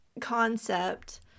concept